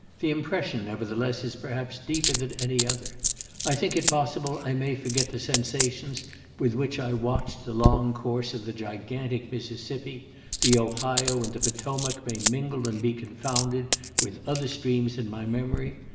the impression, nevertheless, is perhaps deeper than any other i think it possible i may forget the sensations with which i watched the long course of the gigantic mississippi the ohio and the potomac may mingle and be confounded with other streams in my memory,